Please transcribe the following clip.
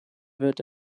wird